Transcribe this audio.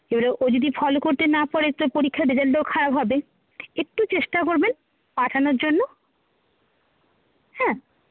এবারে ও যদি ফলো করতে না পারে তো পরীক্ষার রেজাল্টও খারাপ হবে একটু চেষ্টা করবেন পাঠানোর জন্য হ্যাঁ